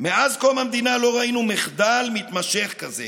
"מאז קום המדינה לא ראינו מחדל מתמשך כזה